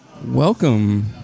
Welcome